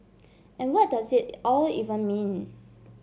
and what does it all even mean